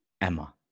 Emma